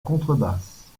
contrebasse